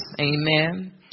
Amen